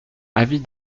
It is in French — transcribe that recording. avis